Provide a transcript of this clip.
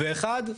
ואחד,